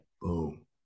Boom